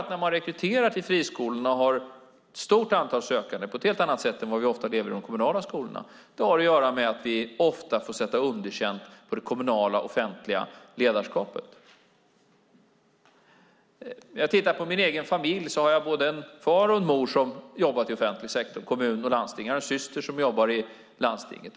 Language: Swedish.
När man rekryterar till friskolorna har man ett stort antal sökande, på ett helt annat sätt än vad det ofta är till de kommunala skolorna. Det har att göra med att vi ofta får sätta underkänt för det kommunala, offentliga, ledarskapet. I min egen familj har jag både en far och en mor som jobbat i offentlig sektor i kommun och landsting. Jag har en syster som jobbar i landstinget.